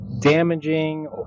damaging